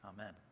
amen